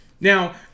Now